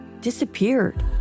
disappeared